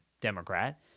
Democrat